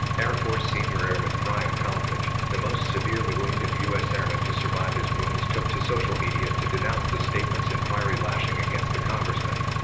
air force senior airman brian kolfage, the most severely wounded wounded us airman to survive his wounds took to social media to denounce the statements in fiery lashing against the congressman.